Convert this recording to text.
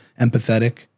empathetic